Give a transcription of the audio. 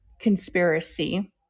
conspiracy